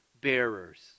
bearers